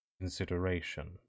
consideration